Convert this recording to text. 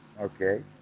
Okay